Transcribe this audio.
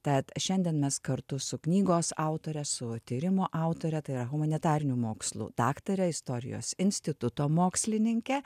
tad šiandien mes kartu su knygos autore su tyrimo autore tai yra humanitarinių mokslų daktare istorijos instituto mokslininke